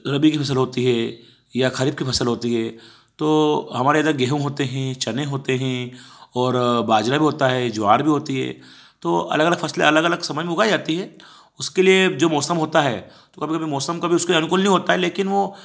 रबी की फसल होती है या खरीफ की फसल होती है तो हमारे इधर गेंहूँ होते हैं चने होते हैं और बाजरा भी होता है ज्वार भी होती है तो अलग अलग फसलें अलग समय में उगाई जाती हैं उसके लिए जो मौसम होता है तो कभी कभी मौसम कभी उसके अनुकूल नहीं होता है लेकिन वो